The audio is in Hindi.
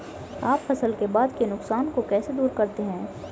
आप फसल के बाद के नुकसान को कैसे दूर करते हैं?